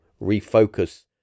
refocus